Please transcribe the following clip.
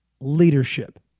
leadership